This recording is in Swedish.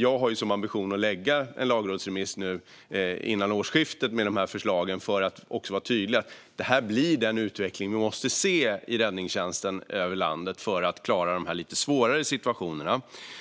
Jag har som ambition att nu lägga fram en lagrådsremiss före årsskiftet med förslagen för att vara tydlig. Det blir den utveckling som vi måste se i räddningstjänsten över landet för att klara de lite svårare situationerna.